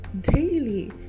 daily